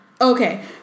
Okay